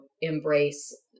embrace